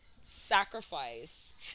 sacrifice